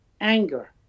anger